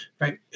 right